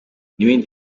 n’ibindi